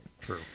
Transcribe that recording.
True